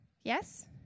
yes